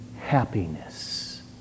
happiness